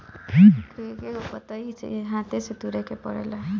एकरी एकहगो पतइ के हाथे से तुरे के पड़ेला